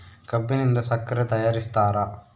ಕಬ್ಬಿನಿಂದ ಸಕ್ಕರೆ ತಯಾರಿಸ್ತಾರ